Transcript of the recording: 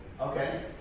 Okay